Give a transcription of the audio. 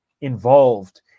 involved